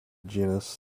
genus